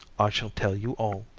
i shall tell you all